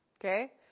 okay